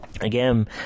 Again